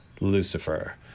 Lucifer